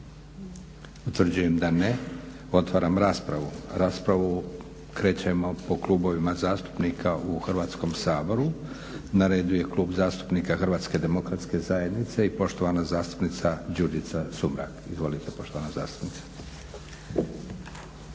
Utvrđujem da ne. Otvaram raspravu. Raspravu krećemo po klubovima zastupnika u Hrvatskom saboru. Na redu je Klub zastupnika HDZ-a i poštovana zastupnica Đurđica Sumrak. Izvolite poštovana zastupnice.